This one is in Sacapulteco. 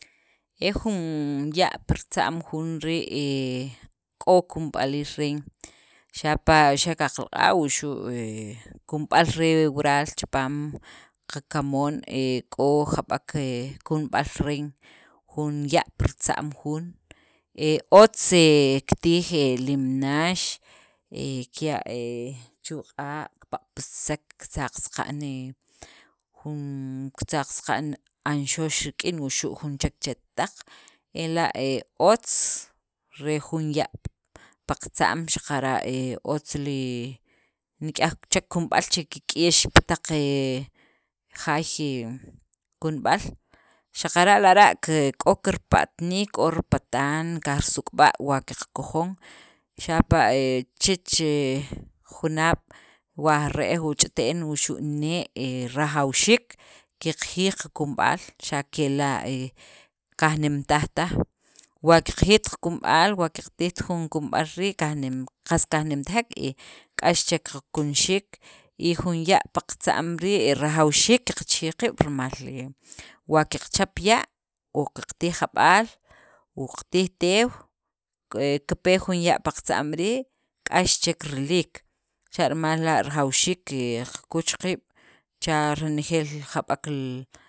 E jun ya' pirtza'm jun rii', he k'o kunb'aliil reen xapa' xa' qalaq'a' wuxu' he kunub'al re wural chipaam qakamoon he k'o jab'ek he kunub'al reen, jun ya' pirtza'm jun, he otz he kitij limnax he kiya' he chu' q'a', kipaq'patsisek, kitzaq saqa'n he jun kitzaq saqa'n anxox rik'in wuxu' jun chek chetaq, ela' otz re jun ya' pi qatza'm xaqara' otz li nikyaj chek kunub'al che kik'iyix pi taq jaay he kunub'al xaqara' lara' ke k'o kirpatnij, k'o ripatan, kajrisukb'a wa qakojon, xapa' he chich junaab', wa re'j, u ch'ite'n wuxu' nee', he rajawxiik qeqjiyij qakunb'al, xa' kela' he kajnemtajtaj wa qajiyijt qakunb'al wa qatijt jun kunub'al rii', kajnim qas kajnimtajek, y k'ax chek qakunxiik y jun ya' piqatza'm rii', rajawxiik qachijij kiib' rimal he wa qechap ya', o qatij jab'al, u qatij teew, ke kipe jun ya' pi qatza'm rii' k'ax chek riliik, xa' rimal la' rajawxiik qe qakuch qiib' che kenejeel jab'ek he.